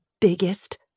biggest